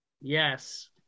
Yes